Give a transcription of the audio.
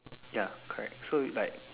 ya correct so you like